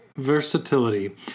versatility